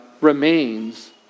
remains